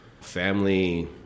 family